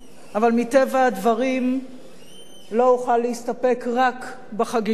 אבל מטבע הדברים לא אוכל להסתפק רק בחגיגיות.